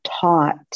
taught